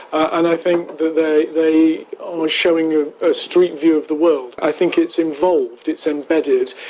and i think they they are showing you a street view of the world. i think it's involved, it's embedded,